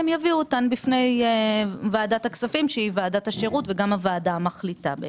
הם יביאו אותן בפני ועדת הכספים שהיא ועדת השירות וגם הוועדה המחליטה.